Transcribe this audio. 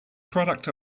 product